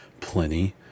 plenty